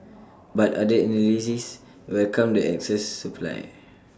but other analysts welcomed the excess supply